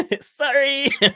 Sorry